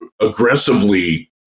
aggressively